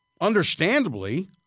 understandably